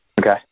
Okay